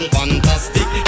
fantastic